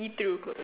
see through